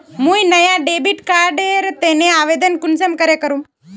मुई नया debit card एर तने आवेदन कुंसम करे करूम?